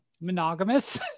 monogamous